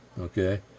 okay